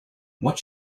what